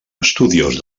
estudiós